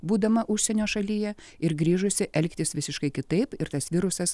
būdama užsienio šalyje ir grįžusi elgtis visiškai kitaip ir tas virusas